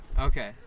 Okay